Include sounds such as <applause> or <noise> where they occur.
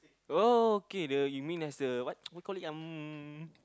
oh okay the you mean as the what <noise> what you call it um